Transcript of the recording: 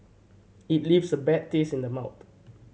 it leaves a bad taste in the mouth